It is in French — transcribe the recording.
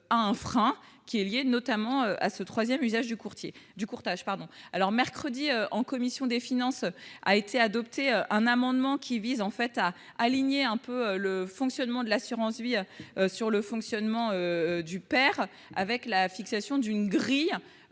À un frein qui est liée notamment à ce 3ème usage du courtier du courtage pardon alors mercredi en commission des finances a été adopté un amendement qui vise en fait à aligner un peu le fonctionnement de l'assurance vie sur le fonctionnement du père avec la fixation d'une grille